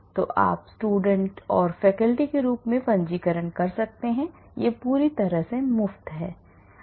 तो आप student or faculty के रूप में पंजीकरण कर सकते हैं यह पूरी तरह से मुफ़्त है